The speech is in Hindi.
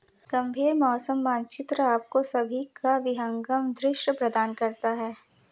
गंभीर मौसम मानचित्र आपको सभी का विहंगम दृश्य प्रदान करता है